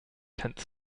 tenth